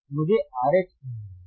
मुझे RH ढूंढना है